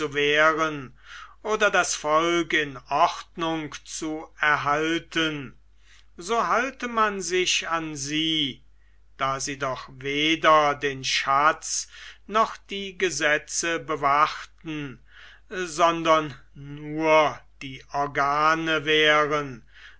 wehren oder das volk in ordnung zu erhalten so halte man sich an sie da sie doch weder den schatz noch die gesetze bewachten sondern nur die organe wären